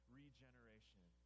regeneration